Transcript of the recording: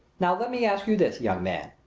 now let me ask you this, young man,